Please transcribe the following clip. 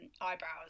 eyebrows